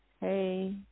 Hey